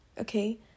okay